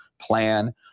plan